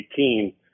2018